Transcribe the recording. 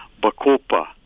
bacopa